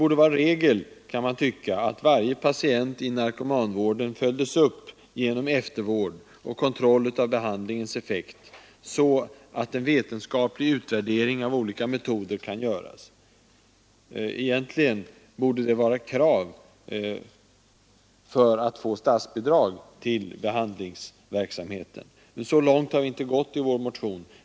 Man kan tycka att det borde vara regel att varje patient inom narkomanvården följdes upp genom eftervård och kontroll av behandlingens effekt, så att en vetenskaplig utvärdering av olika metoder kunde göras. Egentligen borde det vara ett krav för att få statsbidrag till behandlingsverksamheten. Men så långt har vi inte gått i vår motion.